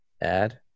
add